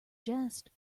jest